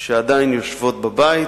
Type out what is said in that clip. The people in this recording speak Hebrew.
שעדיין יושבות בבית,